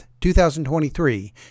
2023